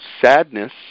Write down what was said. sadness